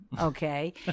okay